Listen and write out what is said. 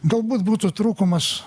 galbūt būtų trūkumas